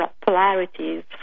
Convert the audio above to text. polarities